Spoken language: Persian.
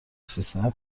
سیستم